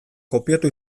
kopiatu